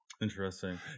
Interesting